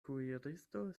kuiristo